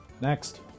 Next